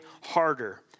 harder